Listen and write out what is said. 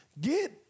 Get